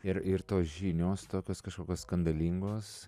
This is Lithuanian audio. ir ir tos žinios tokios kažkokios skandalingos